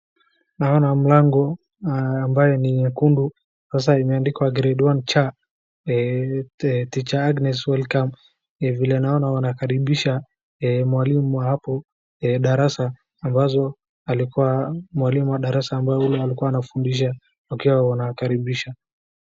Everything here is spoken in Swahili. Naona mlango ambaye ni nyekundu sasa imeandikwa grade one cha teacher Agnes welcome . Ni vile naona wanakaribisha mwalimu wa hapo darasa ambazo alikuwa mwalimu wa darasa ambao ule alikuwa anafundisha wakiwa wanakaribisha.